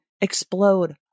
explode